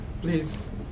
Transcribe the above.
Please